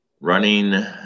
running